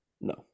No